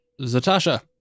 Zatasha